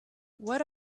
what